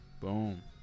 Boom